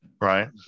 Right